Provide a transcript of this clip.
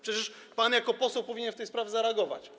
Przecież pan jako poseł powinien w tej sprawie zareagować.